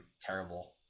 Terrible